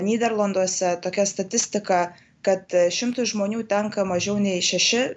nyderlanduose tokia statistika kad šimtui žmonių tenka mažiau nei šeši